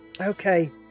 okay